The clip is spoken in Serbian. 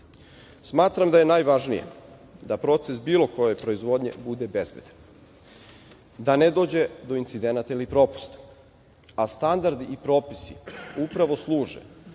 oblasti. Smatram da je najvažnije da proces bilo koje proizvodnje bude bezbedan, da ne dođe do incidenata ili propusta, a standardi i propisi upravo služe